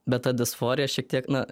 bet ta disforija šiek tiek na